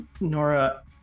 Nora